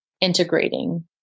integrating